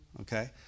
Okay